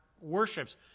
worships